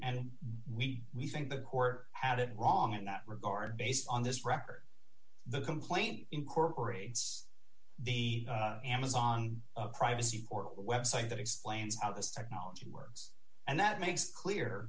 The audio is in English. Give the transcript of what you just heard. and we we think the court had it wrong in that regard based on this record the complaint incorporates the amazon privacy for web site that explains how this technology works and that makes clear